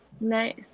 nice